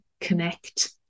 connect